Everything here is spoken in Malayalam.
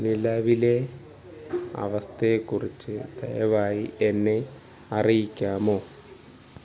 നിലവിലെ അവസ്ഥയെക്കുറിച്ചു ദയവായി എന്നെ അറിയിക്കാമോ